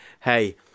hey